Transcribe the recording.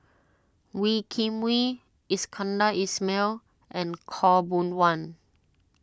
Wee Kim Wee Iskandar Ismail and Khaw Boon Wan